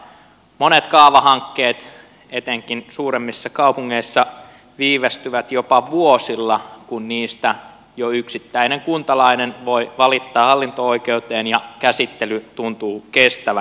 monet kaavahankkeet etenkin suuremmissa kaupungeissa viivästyvät jopa vuosilla kun niistä jo yksittäinen kuntalainen voi valittaa hallinto oikeuteen ja käsittely tuntuu kestävän